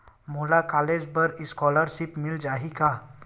मोला कॉलेज बर स्कालर्शिप मिल जाही का?